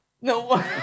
No